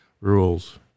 rules